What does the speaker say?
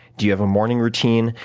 do you have a morning routine?